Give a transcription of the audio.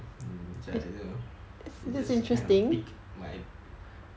which I don't know it just kind of pick my